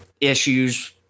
issues